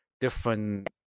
different